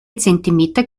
zentimeter